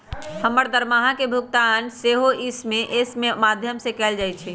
हमर दरमाहा के भुगतान सेहो इ.सी.एस के माध्यमें से कएल जाइ छइ